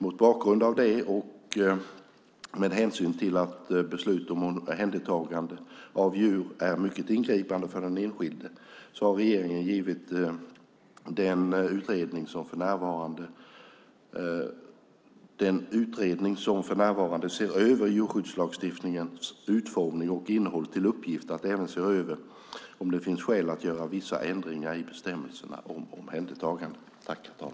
Mot bakgrund av det och med hänsyn till att beslut om omhändertaganden av djur är mycket ingripande för den enskilda har regeringen gett den utredning som för närvarande ser över djurskyddslagstiftningens utformning och innehåll i uppgift att se över om det finns skäl att göra vissa ändringar i bestämmelserna om omhändertaganden.